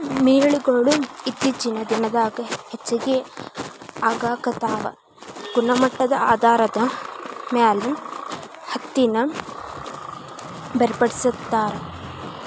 mill ಗೊಳು ಇತ್ತೇಚಿನ ದಿನದಾಗ ಹೆಚಗಿ ಆಗಾಕತ್ತಾವ ಗುಣಮಟ್ಟದ ಆಧಾರದ ಮ್ಯಾಲ ಹತ್ತಿನ ಬೇರ್ಪಡಿಸತಾರ